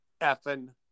effing